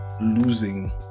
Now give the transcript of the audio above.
losing